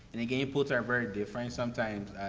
and the inputs are very different. sometimes,